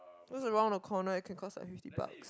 just around the corner it can cost like fifty buck